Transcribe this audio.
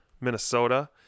Minnesota